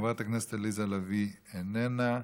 חברת הכנסת עליזה לביא, איננה,